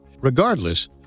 Regardless